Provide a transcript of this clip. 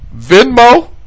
Venmo